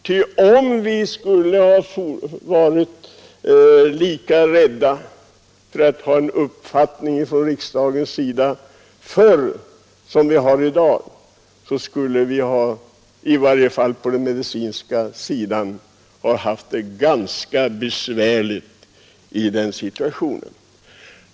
Men om vi skulle ha varit lika rädda för att ha en uppfattning från riksdagens sida förr som vi är i dag skulle vårt land, i varje fall på den medicinska sidan, ha haft det ganska besvärligt i dag.